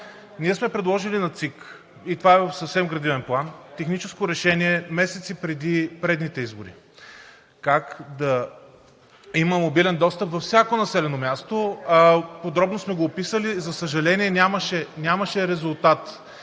Ние сме предложили на ЦИК и това е в съвсем градивен план техническо решение месеци преди предните избори. Има мобилен достъп във всяко населено място, подробно сме го описали, за съжаление, нямаше резултат